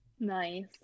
Nice